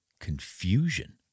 confusion